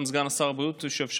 גם סגן שר הבריאות יושב,